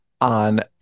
on